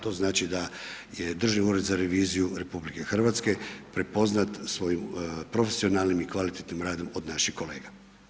To znači da je Državni ured za reviziju RH prepoznat svojim profesionalnim i kvalitetnim radom od naših kolega.